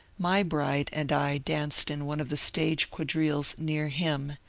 my bride and i danced in one of the stage quadrilles near him,